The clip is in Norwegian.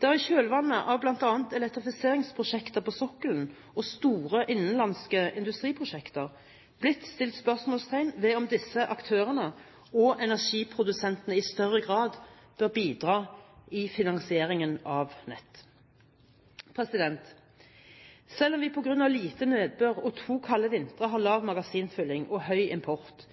Det har i kjølvannet av bl.a. elektrifiseringsprosjekter på sokkelen og store innenlandske industriprosjekter blitt stilt spørsmål ved om disse aktørene og energiprodusentene i større grad bør bidra i finansieringen av nett. Selv om vi på grunn av lite nedbør og to kalde vintre har lav magasinfylling og høy import,